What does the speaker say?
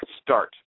start